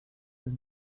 was